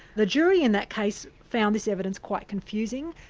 the jury in that case found this evidence quite confusing.